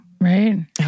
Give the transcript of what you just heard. Right